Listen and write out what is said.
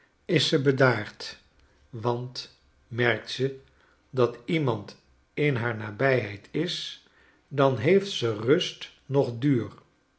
is ze bedaard want merkt ze dat iemandinhaarnabijheid is dan heeft ze rust noch duur